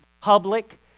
public